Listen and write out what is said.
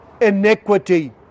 iniquity